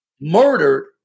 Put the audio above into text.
murdered